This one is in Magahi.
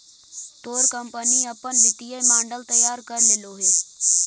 तोर कंपनी अपन वित्तीय मॉडल तैयार कर लेलो हे?